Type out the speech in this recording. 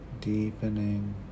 deepening